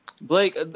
Blake